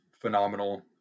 phenomenal